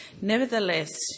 Nevertheless